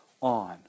on